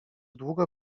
długo